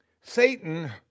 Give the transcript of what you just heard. Satan